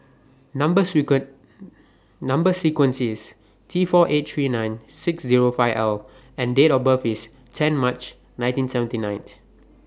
Number sequence Number sequence IS Tforty eight lakh thirty nine thousand six hundred and five L and Date of birth IS ten March one thousand nine hundred and seventy nine